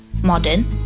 modern